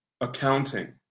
accounting